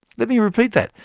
let me repeat that.